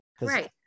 Right